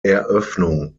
eröffnung